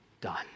done